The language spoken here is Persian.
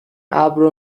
ابر